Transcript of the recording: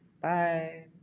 Bye